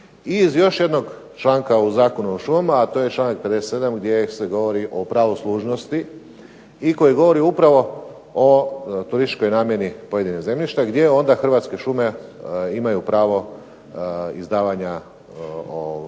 I iz još jednog članka o Zakonu o šumama a to je članak 57. gdje se govori o pravoslužnosti i koji govori upravo o turističkoj namjeni pojedinog zemljišta gdje onda Hrvatske šume imaju pravo izdavanja